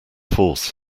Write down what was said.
force